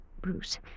Bruce